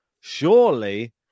surely